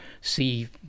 see